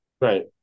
Right